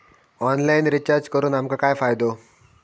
Online recharge करून आमका काय फायदो?